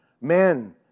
Men